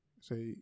Say